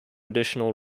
additional